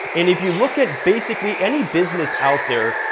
and if you look at basically any business out there,